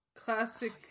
classic